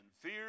fear